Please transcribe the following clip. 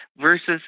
versus